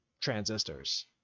transistors